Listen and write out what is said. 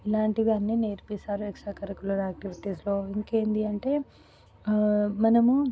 ఇలాంటివన్నీ నేర్పిస్తారు extra curricular ఆక్టివిటీస్లో ఇంకేంటి అంటే మనము